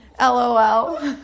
LOL